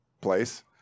place